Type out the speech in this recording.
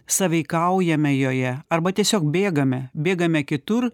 sąveikaujame joje arba tiesiog bėgame bėgame kitur